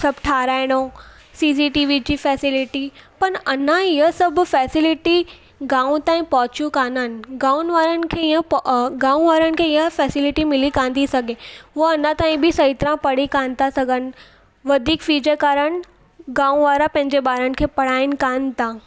सभु ठाराहिणो C C T V जी फैसिलिटी पन अञा ईअं सभु फैसिलिटी गांव ताईं पहुचियूं कान्हनि गांव वारनि खे ईअं गांव वारनि खे ईअं फैसिलिटी मिली कान थी सघे उहा अञा ताईं बि हेतिरा पढ़ी कान था सघनि वधीक फी जे कारणु गांव वारा पंहिंजे ॿारनि खे पढ़ाइनि कान था